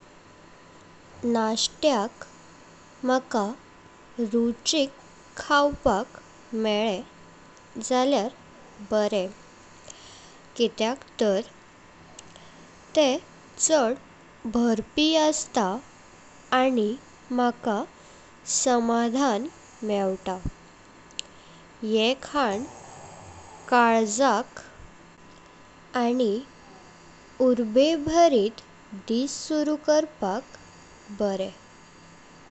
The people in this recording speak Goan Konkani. नाश्त्याक म्हाका रुचिक खावपाक मेळे झळया बरे कित्याक तार तेह चड भरपी असता आनी म्हाका समाधान मेवता। ह्ये खां कालजाक आनी उर्बेभरित दिस सुरू करपाक बरे।